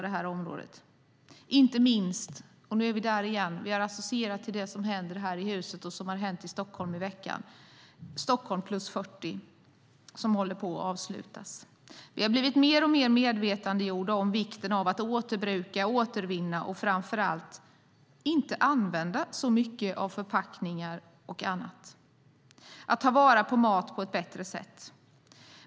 Det gäller inte minst det som händer här i huset och som har hänt i Stockholm i veckan, nämligen Stockholm + 40, som nu håller på att avslutas. Vi har blivit mer och mer medvetna om vikten av att återbruka, återvinna och framför allt inte använda så många förpackningar och annat. Vi måste ta vara på mat på ett bättre sätt.